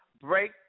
Break